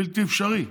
בלתי אפשרי.